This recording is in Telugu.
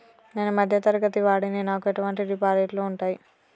నేను మధ్య తరగతి వాడిని నాకు ఎటువంటి డిపాజిట్లు ఉంటయ్?